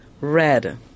red